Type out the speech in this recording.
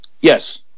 Yes